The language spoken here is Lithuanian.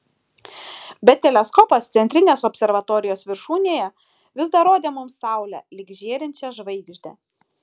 bet teleskopas centrinės observatorijos viršūnėje vis dar rodė mums saulę lyg žėrinčią žvaigždę